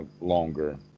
longer